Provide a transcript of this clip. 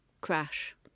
crash